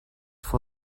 for